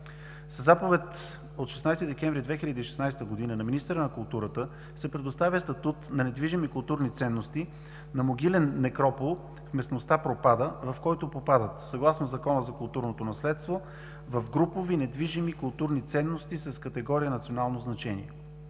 Със заповед от 16 декември 2016 г. на министъра на културата се предоставя статут на недвижими културни ценности на Могилен некропол в местността „Пропада“, в който попадат съгласно Закона за културното наследство в групови недвижими културни ценности с категория „национално значение“.